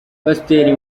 pasiteri